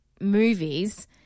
movies